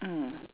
mm